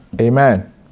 Amen